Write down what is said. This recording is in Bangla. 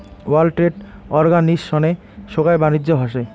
ওয়ার্ল্ড ট্রেড অর্গানিজশনে সোগাই বাণিজ্য হসে